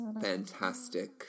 fantastic